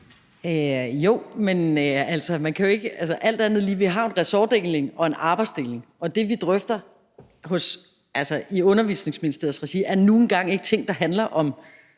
Alt andet lige har vi jo en ressortfordeling og en arbejdsdeling, og det, vi drøfter i Børne- og Undervisningsministeriets regi, er nu engang ikke ting, der handler om